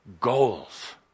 goals